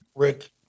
Rick